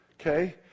Okay